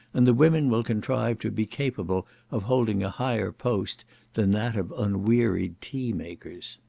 and the women will contrive to be capable of holding a higher post than that of unwearied tea-makers.